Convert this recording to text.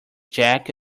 jack